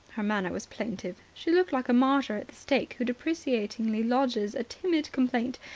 her manner was plaintive. she looked like a martyr at the stake who deprecatingly lodges a timid complaint,